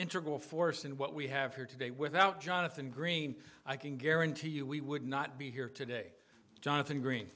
interval force and what we have here today without jonathan green i can guarantee you we would not be here today jonathan green